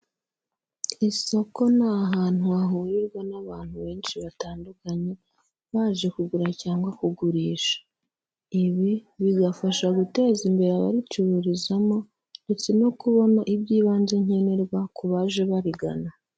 Isoko ni ahantu hahurirwa n'abantu benshi batandukanye baje kugura cyangwa kugurisha, ibi bigafasha guteza imbere abaricururizamo ndetse no kubona iby'ibanze nkenerwa ku baje barigana.